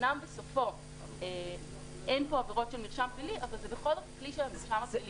אמנם אין עבירות של מרשם פלילי אבל זה בכל זאת כלי מהתחום הפלילי.